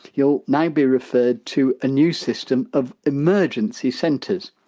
you'll now be referred to a new system of emergency centres.